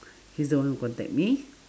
he's the one who contact me